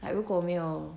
like 如果我没有